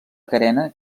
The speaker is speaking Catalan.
carena